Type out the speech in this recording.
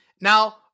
Now